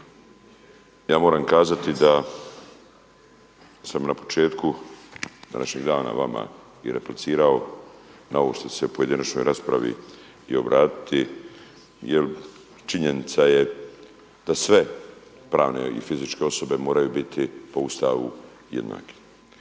ja moram kazati da sam na početku današnjeg dana vama i replicirao na ovo što ću se u pojedinačnoj raspravi i obratiti jer činjenica je da sve pravne i fizičke osobe moraju biti po Ustavu jednake.